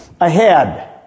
ahead